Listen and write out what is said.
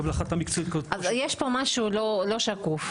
יש פה משהו לא שקוף.